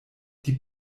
die